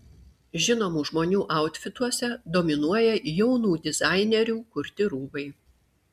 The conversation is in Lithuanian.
žinomų žmonių autfituose dominuoja jaunų dizainerių kurti rūbai